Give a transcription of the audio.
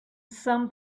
some